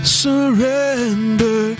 surrender